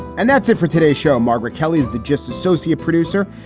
and that's it for today show, margaret kelly is the just associate producer,